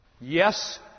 Yes